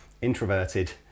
introverted